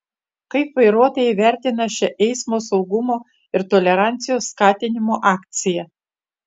kaip vairuotojai vertina šią eismo saugumo ir tolerancijos skatinimo akciją